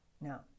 Now